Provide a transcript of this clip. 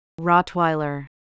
Rottweiler